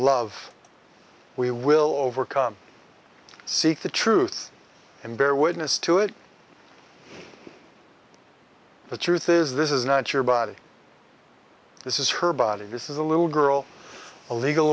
love we will overcome seek the truth and bear witness to it the truth is this is not your body this is her body this is a little girl a legal